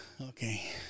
Okay